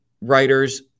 writers